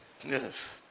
Yes